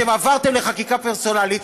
אתם עברתם לחקיקה פרסונלית,